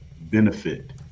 benefit